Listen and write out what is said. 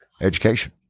education